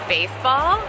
Baseball